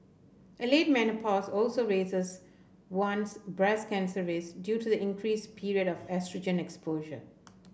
a late menopause also raises one's breast cancer risks due to the increase period of oestrogen exposure